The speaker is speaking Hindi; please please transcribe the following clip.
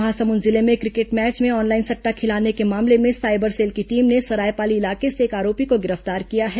महासमुंद जिले में क्रिकेट मैच में ऑनलाइन सट्टा खिलाने के मामले में साइबर सेल की टीम ने सरायपाली इलाके से एक आरोपी को गिरफ्तार किया है